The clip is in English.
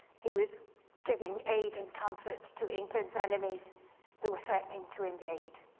he was giving aid and comfort to england's enemies who were threatening to invade.